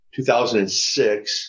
2006